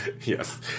Yes